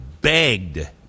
begged